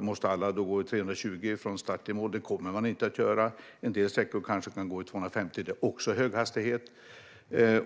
Måste alla tåg gå i 320 kilometer i timmen från start till mål? Det kommer de inte att göra. En del sträckor kan de kanske gå i 250 kilometer i timmen Det är också höghastighet.